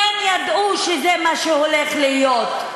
כי הם ידעו שזה מה שהולך להיות,